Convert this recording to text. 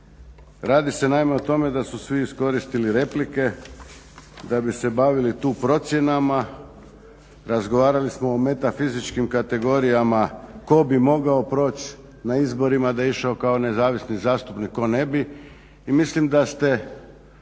Radi se naime o tome da su svi iskoristili replike da bi se bavili tu procjenama, razgovarali smo o metafizičkim kategorijama tko bi mogao proći na izborima da je išao kao nezavisni zastupnik, tko ne bi